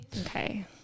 Okay